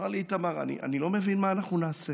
הוא אמר לי: איתמר, אני לא מבין מה אנחנו נעשה,